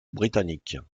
britannique